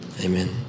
Amen